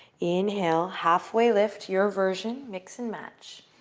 inhale. halfway lift, your version. mix and match.